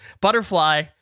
Butterfly